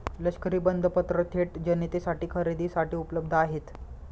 लष्करी बंधपत्र थेट जनतेसाठी खरेदीसाठी उपलब्ध आहेत